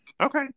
Okay